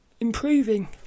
improving